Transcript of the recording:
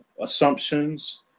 assumptions